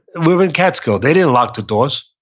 we're in catskill. they didn't lock the doors.